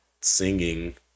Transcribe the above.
singing